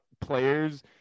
players